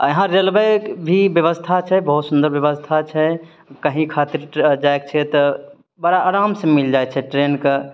आ एहाँ रेलवेके भी व्यवस्था छै बहुत सुन्दर व्यवस्था छै कहीँ खातिर जाइक छै तऽ बड़ा आरामसॅं मिल जाइ छै ट्रेनके